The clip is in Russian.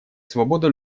свобода